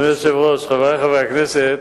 אדוני היושב-ראש, חברי חברי הכנסת,